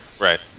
Right